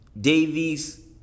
Davies